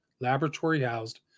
laboratory-housed